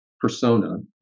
persona